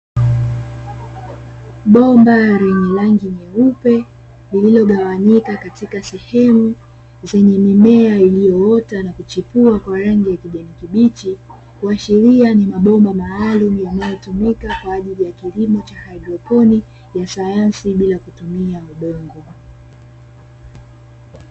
Bomba lenye rangi nyeupe lililogawanyika katika sehemu zenye mimea iliyoota na kuchipua kwa rangi ya kijani kibichi, kuashiria ni mabomba maalumu yanayotumika kwa ajili ya kilimo cha haidroponi ya sayansi ya bila kutumia udongo.